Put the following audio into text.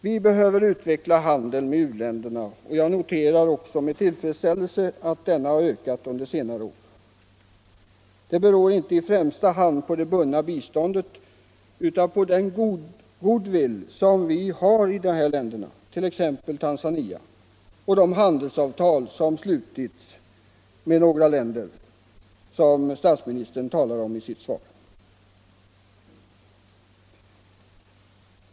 Vi behöver utveckla handeln med u-länderna, och jag noterar med tillfredsställelse att den har ökat under senare år. Det beror inte i första hand på det bundna biståndet, utan på den goodwill som vi har i dessa länder, t.ex. Tanzania, och de handelsavtal som slutits med några länder och som statsministern talade om i sitt svar.